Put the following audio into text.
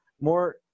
more